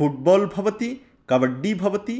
football भवति कबड्डि भवति